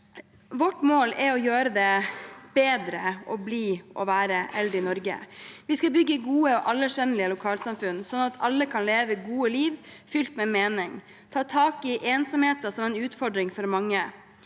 Vårt mål er å gjøre det bedre å bli og være eldre i Norge. Vi skal bygge gode og aldersvennlige lokalsam funn, sånn at alle kan leve et godt liv fylt med mening, og vi skal ta tak i ensomheten, som er en utfordring for mange.